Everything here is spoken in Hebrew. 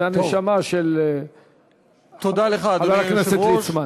והנשמה של חבר הכנסת ליצמן.